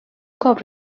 cop